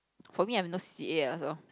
for me I have no c_c_a also